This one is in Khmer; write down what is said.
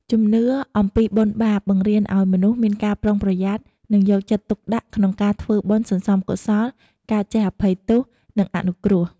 ជំនឿ អំពីបុណ្យបាបបង្រៀនឲ្យមនុស្សមានការប្រុងប្រយ័ត្ន និងយកចិត្តទុកដាក់ក្នុងការធ្វើបុណ្យសន្សំកុសល ការចេះអភ័យទោស និងអនុគ្រោះ។